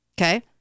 Okay